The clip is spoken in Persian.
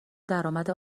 درامد